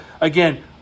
again